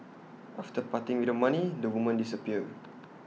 after parting with the money the women disappear